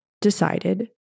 decided